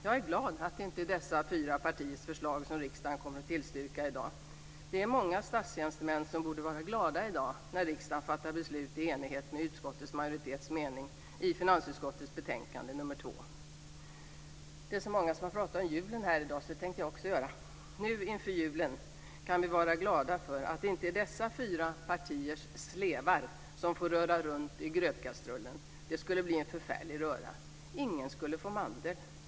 Jag är glad över att det inte är dessa fyra partiers förslag som riksdagen kommer att tillstyrka i dag. Det är många statstjänstemän som borde vara glada i dag när riksdagen fattar beslut i enlighet med utskottets majoritets mening i finansutskottets betänkande nr 2. Det är många som har pratat om julen här i dag, och det tänker också jag göra. Nu inför julen kan vi vara glada för att det inte är dessa fyra partiers slevar som får röra runt i grötkastrullen. Det skulle bli en förfärlig röra. Ingen skulle få mandel.